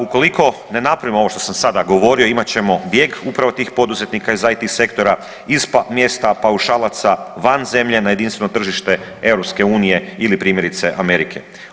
Ukoliko ne napravimo ovo što sam sada govorio imat ćemo bijeg upravo tih poduzetnika iz IT sektora, iz mjesta paušalaca van zemlje na jedinstveno tržište EU ili primjerice Amerike.